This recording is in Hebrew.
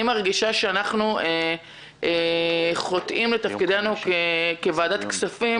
אני מרגישה שאנחנו חוטאים לתפקידנו כוועדת הכספים,